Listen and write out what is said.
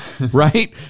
right